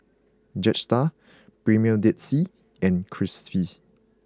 Jetstar Premier Dead Sea and Friskies